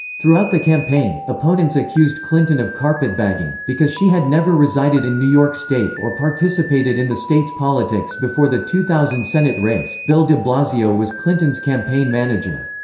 throughout the campaign, opponents accused clinton of carpetbagging, because she had never resided in new york state or participated in the state's politics before the two thousand senate race bill de blasio was clinton's campaign manager.